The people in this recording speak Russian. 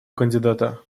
кандидата